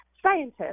Scientists